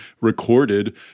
recorded